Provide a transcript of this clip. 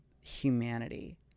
humanity